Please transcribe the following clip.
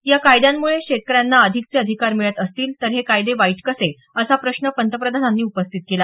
या कायद्यांमुळे शेतकऱ्यांना अधिकचे अधिकार मिळत असतील तर हे कायदे वाईट कसे असा प्रश्न त्यांनी उपस्थित केला